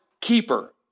keeper